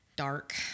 Dark